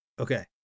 Okay